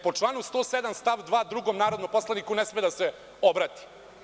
Po članu 107. stav 2. drugom narodnom poslaniku ne sme da se obrati.